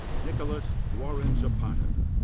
nicolas guarin-zapata.